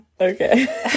Okay